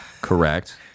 correct